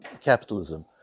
capitalism